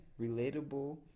relatable